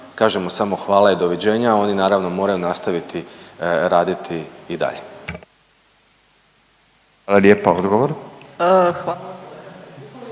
kažemo samo hvala i doviđenja, a oni naravno, moraju nastaviti raditi i dalje. **Radin, Furio